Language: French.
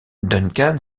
duncan